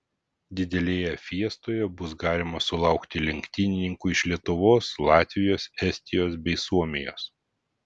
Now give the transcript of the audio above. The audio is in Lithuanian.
didelėje fiestoje bus galima sulaukti lenktynininkų iš lietuvos latvijos estijos bei suomijos